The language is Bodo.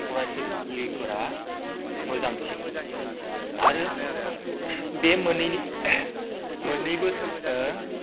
फरायसालिफोरा मोजांसिन आरो बे मोननैनि मोननैबो